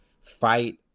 fight